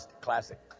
classic